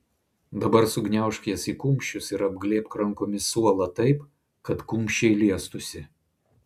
dabar sugniaužk jas į kumščius ir apglėbk rankomis suolą taip kad kumščiai liestųsi